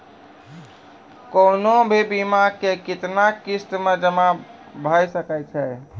कोनो भी बीमा के कितना किस्त मे जमा भाय सके छै?